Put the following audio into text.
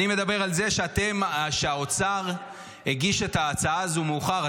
אני מדבר על זה שהאוצר הגיש את ההצעה הזאת מאוחר.